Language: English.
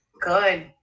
good